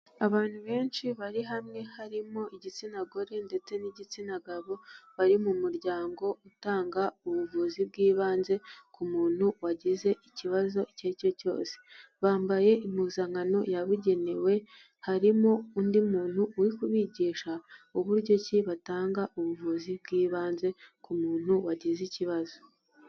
Abantu benshi bari hamwe harimo igitsina gore ndetse n'igitsina gabo bari mu muryango utanga ubuvuzi bw'ibanze ku muntu wagize ikibazo icyo ari cyo cyose, bambaye impuzankano yabugenewe, harimo undi muntu uri kubigisha uburyo ki batanga ubuvuzi bw'ibanze ku muntu wagize ikibazo.